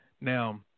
now